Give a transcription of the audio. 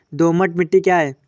दोमट मिट्टी क्या है?